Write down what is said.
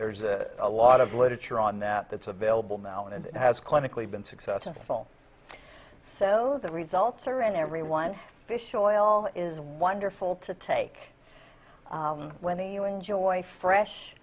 there's a lot of literature on that that's available now and has clinically been successful so the results are in every one fish oil is wonderful to take when the you enjoy fresh